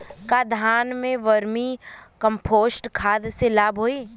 का धान में वर्मी कंपोस्ट खाद से लाभ होई?